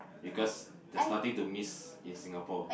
because they're starting to miss in Singapore